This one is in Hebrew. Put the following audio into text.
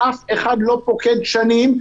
שאף אחד לא פוקד שנים,